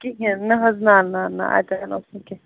کِہیٖنۍ نہٕ حظ نہ نہ نہ اَتٮ۪ن اوس نہٕ کینٛہہ